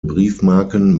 briefmarken